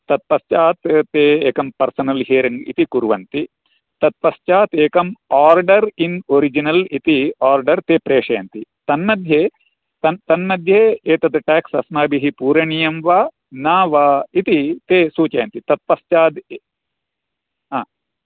तत्पश्चात् ते एकं पर्सनल् हियरिङ्ग् इति कुर्वन्ति तत्पश्चात् एकं आर्डर् इन् ओरिजिनल् इति आर्डर् ते प्रेषयन्ति तन्मध्ये तन्मध्ये एतत् टाक्स् अस्माभिः पूरणीयं वा न वा इति ते सूचयन्ति तत्पश्चात् हा